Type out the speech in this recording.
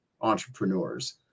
entrepreneurs